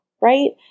right